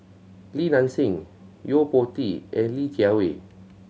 Li Nanxing Yo Po Tee and Li Jiawei